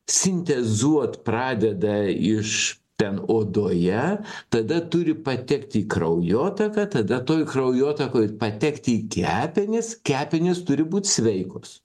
sintezuot pradeda iš ten odoje tada turi patekti į kraujotaką tada toj kraujotakoj patekti kepenis kepenys turi būt sveikos